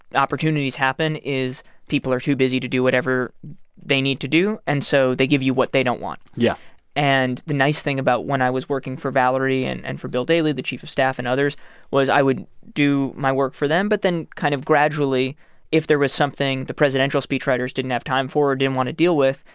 opportunities happen is people are too busy to do whatever they need to do. and so they give you what they don't want yeah and the nice thing about when i was working for valerie and and for bill daley, the chief of staff and others was i would do my work for them but then kind of gradually if there was something the presidential speechwriters didn't have time for or didn't want to deal with,